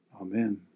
Amen